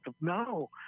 no